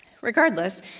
Regardless